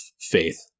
faith